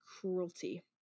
cruelty